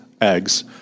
Eggs